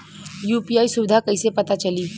UPI सुबिधा कइसे पता चली?